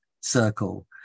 Circle